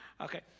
Okay